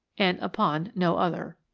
and upon no other.